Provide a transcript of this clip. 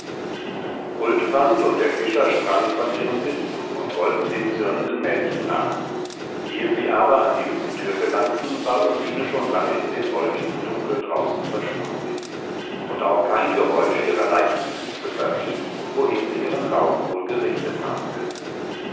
huldbrand und der fischer sprangen von ihren sitzen und wollten dem zürnenden mädchen nach ehe sie aber an die hüttentür gelangten war undine schon lange in dem wolkigen dunkel draußen verschwunden und auch kein geräusch ihrer leichten füße verriet wohin sie ihren lauf wohl gerichtet haben könne